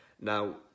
Now